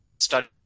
study